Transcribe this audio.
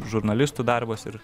žurnalistų darbas ir